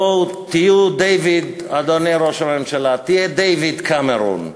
בואו תהיו, אדוני ראש הממשלה, תהיה דייוויד קמרון.